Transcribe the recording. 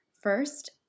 First